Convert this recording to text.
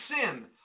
sin